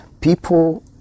people